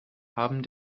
haben